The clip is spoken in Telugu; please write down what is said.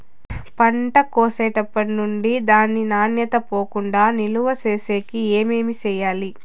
పంట కోసేటప్పటినుండి దాని నాణ్యత పోకుండా నిలువ సేసేకి ఏమేమి చేయాలి?